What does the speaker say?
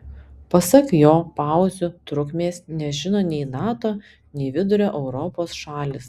pasak jo pauzių trukmės nežino nei nato nei vidurio europos šalys